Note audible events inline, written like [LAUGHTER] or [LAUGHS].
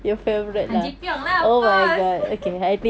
han ji pyeong lah of course [LAUGHS]